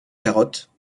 carottes